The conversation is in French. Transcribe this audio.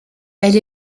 elle